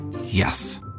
Yes